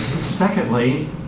Secondly